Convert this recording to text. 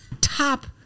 top